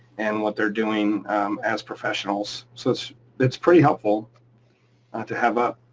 and what they're doing as professionals, so it's it's pretty helpful not to have up.